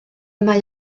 mae